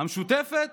המשותפת